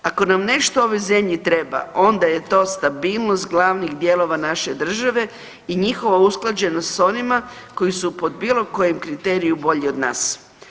Ako nam nešto u ovoj zemlji treba onda je to stabilnost glavnih dijelova naše države i njihova usklađenost s onima koji su pod bilo kojem kriteriju bolji od nas.